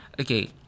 okay